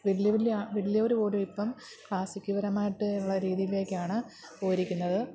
വലിയ വലിയ വലിയോരു പോലും ഇപ്പോള് ക്ലാസിക് പരമായിട്ട് ഉള്ള രീതിയിലേക്കാണ് പോയിരിക്കുന്നത്